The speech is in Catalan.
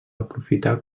aprofitar